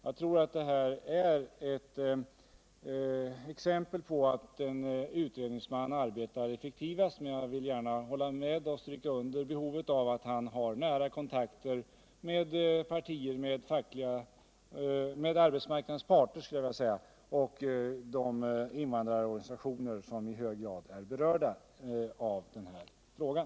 Jag tror att en utredningsman i det här fallet skulle arbeta effektivast, men jag vill gärna hålla med om och understryka behovet av nära kontakter mellan honom och arbetsmarknadens parter samt de invandrarorganisationer som i hög grad är berörda i den här frågan.